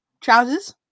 trousers